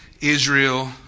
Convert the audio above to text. Israel